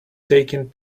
taking